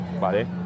Vale